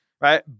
right